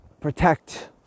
protect